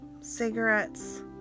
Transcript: cigarettes